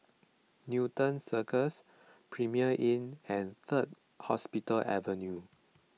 Newton Cirus Premier Inn and Third Hospital Avenue